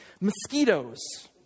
mosquitoes